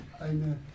eine